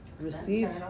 Receive